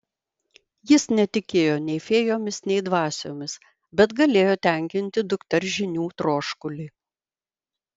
jis netikėjo nei fėjomis nei dvasiomis bet galėjo tenkinti dukters žinių troškulį